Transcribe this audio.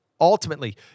ultimately